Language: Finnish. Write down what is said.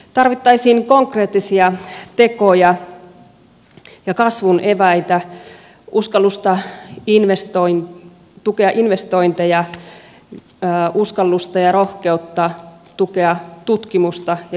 tarvittaisiin konkreettisia tekoja ja kasvun eväitä uskallusta tukea investointeja uskallusta ja rohkeutta tukea tutkimusta ja kehitystyötä